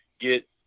get